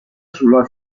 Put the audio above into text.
sulla